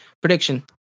prediction